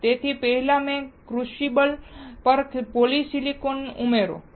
તેથી પહેલા તમે ક્રુસિબલ પર પોલિસિલિકન ઉમેરો